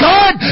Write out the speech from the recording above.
God